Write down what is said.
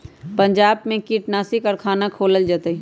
पंजाब में कीटनाशी कारखाना खोलल जतई